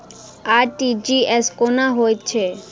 RTGS कोना होइत छै?